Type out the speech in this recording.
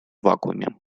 вакууме